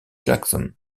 jackson